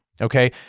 Okay